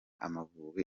amavubi